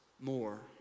more